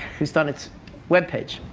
least on its web page.